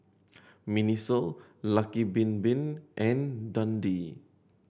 MINISO Lucky Bin Bin and Dundee